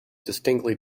distinctly